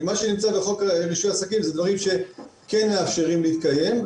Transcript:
כי מה שנמצא בחוק רישוי עסקים זה דברים שכן מאפשרים להתקיים,